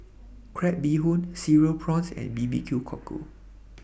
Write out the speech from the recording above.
Crab Bee Hoon Cereal Prawns and Bbq Cockle